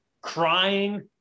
crying